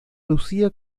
lucía